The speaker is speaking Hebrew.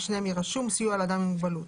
בשניהם יהיה רשום: "לאדם עם מוגבלות".